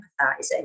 empathizing